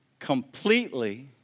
completely